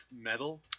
metal